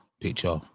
picture